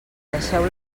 deixeu